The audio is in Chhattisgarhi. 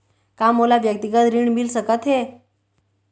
का मोला व्यक्तिगत ऋण मिल सकत हे?